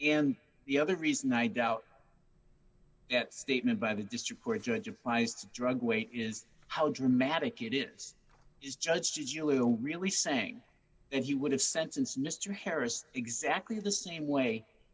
and the other reason i doubt that statement by the district court judge applies to drug weight is how dramatic it is is judged really saying and he would have sentenced mr harris exactly the same way